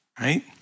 right